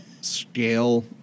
scale